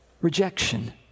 Rejection